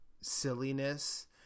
silliness